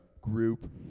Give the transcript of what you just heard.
group